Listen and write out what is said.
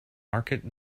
market